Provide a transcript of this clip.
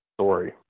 story